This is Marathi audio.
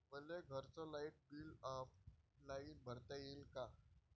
मले घरचं लाईट बिल ऑनलाईन भरता येईन का?